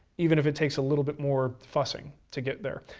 even if it takes a little bit more fussing to get there.